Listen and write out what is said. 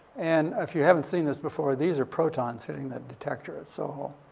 and, if you haven't seen this before, these are protons hitting that detector at soho.